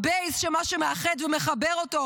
הבייס שמה שמאחד ומחבר אותו,